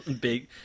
big